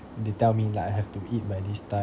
they tell me like I have to eat by this time